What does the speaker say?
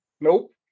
Nope